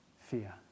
fear